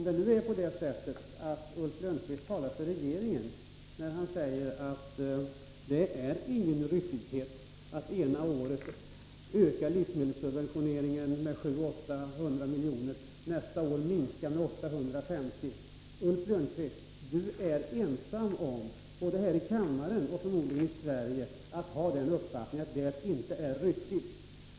Jag undrar om Ulf Lönnqvist talar för regeringen när han säger att det inte är någon ryckighet att ena året öka livsmedelssubventioneringen med 700 å 800 milj.kr. och nästa år minska den med 850 milj.kr. Ulf Lönnqvist är ensam här i kammaren och förmodligen i hela Sverige om att ha uppfattningen att det inte innebär ryckighet.